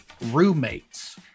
roommates